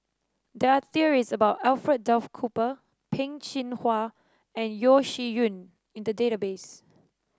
there are stories about Alfred Duff Cooper Peh Chin Hua and Yeo Shih Yun in the database